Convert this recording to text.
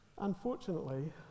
Unfortunately